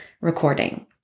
recording